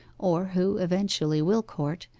or who eventually will court,